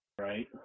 Right